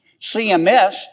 CMS